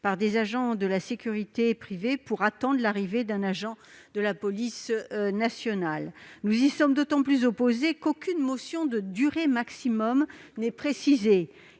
par des agents de sécurité privée pour attendre l'arrivée d'un agent de la police nationale. Nous y sommes d'autant plus opposés qu'aucune durée maximale n'est précisée.